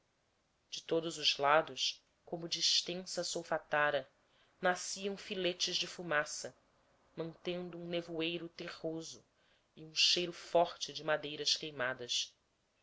de todos os lados como de extensa solfatara nasciam filetes de fumaça mantendo um nevoeiro terroso e um cheiro forte de madeiras queimadas